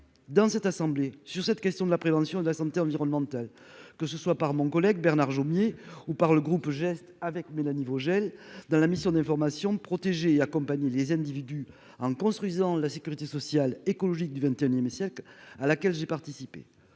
dans cette assemblée sur cette question de la prévention de la santé environnementale, que ce soit par mon collègue Bernard Jomier ou par le groupe gestes avec Mélanie Vogel dans la mission d'information, de protéger et accompagner les individus en construisant la sécurité sociale, écologique du XXIe siècle, à laquelle j'ai participé,